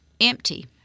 Empty